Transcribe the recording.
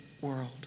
world